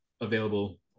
available